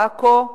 בעכו.